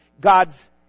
God's